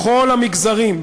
בכל המגזרים,